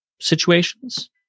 situations